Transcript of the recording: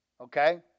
okay